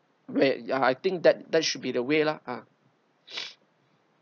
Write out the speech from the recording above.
way ya I think that that should be the way lah ah